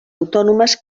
autònomes